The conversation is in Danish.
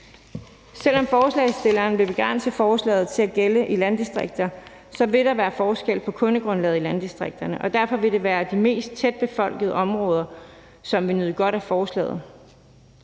Selv om forslagsstillerne vil begrænse forslaget til at gælde i landdistrikter, vil der være forskel på kundegrundlaget i landdistrikterne. Derfor vil det være de mest tætbefolkede områder, som vil nyde godt af forslaget.